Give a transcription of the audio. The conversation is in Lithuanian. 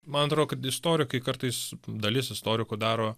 man atrodo kad istorikai kartais dalis istorikų daro